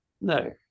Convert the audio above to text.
No